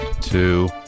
Two